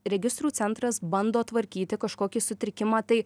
registrų centras bando tvarkyti kažkokį sutrikimą tai